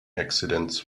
accidents